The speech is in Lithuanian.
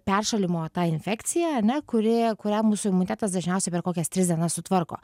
peršalimo ta infekcija ane kuri kurią mūsų imunitetas dažniausiai per kokias tris dienas sutvarko